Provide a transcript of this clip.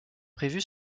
prévue